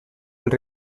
els